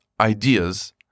ideas